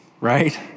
right